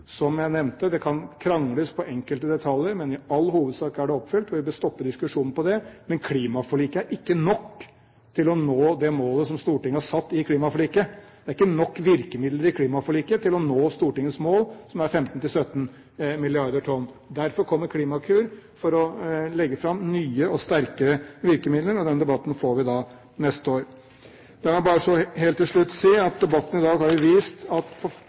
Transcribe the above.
som jeg nevnte. Det kan krangles på enkelte detaljer, men i all hovedsak er det oppfylt, og vi bør stoppe diskusjonen om det. Men klimaforliket er ikke nok til å nå det målet som Stortinget har satt i klimaforliket; det er ikke nok virkemidler i klimaforliket til å nå Stortingets mål, som er 15–17 mill. tonn. Derfor kommer Klimakur, for å legge fram nye og sterkere virkemidler, men denne debatten får vi da neste år. La meg bare helt til slutt si at debatten i dag har vist at